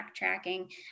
backtracking